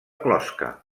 closca